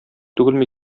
түгелме